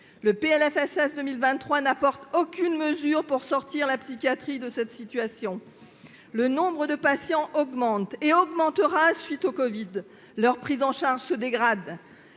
pour 2023 n'apporte aucune mesure pour sortir la psychiatrie de cette situation. Le nombre de patients augmente et augmentera en raison du covid-19. La prise en charge de